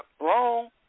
wrong